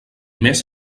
més